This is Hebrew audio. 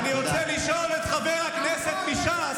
אני מציע לך שתשמור על שקט,